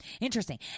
interesting